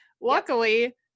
Luckily